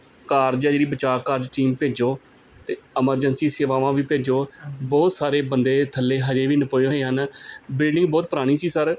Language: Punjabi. ਕਾਰਜ ਆ ਜਿਹੜੀ ਬਚਾਅ ਕਾਰਜ ਟੀਮ ਭੇਜੋ ਅਤੇ ਐਮਰਜੈਂਸੀ ਸੇਵਾਵਾਂ ਵੀ ਭੇਜੋ ਬਹੁਤ ਸਾਰੇ ਬੰਦੇ ਥੱਲੇ ਹਜੇ ਵੀ ਨ ਪਏ ਹੋਏ ਹਨ ਬਿਲਡਿੰਗ ਬਹੁਤ ਪੁਰਾਣੀ ਸੀ ਸਰ